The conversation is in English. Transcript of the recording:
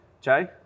jay